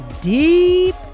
deep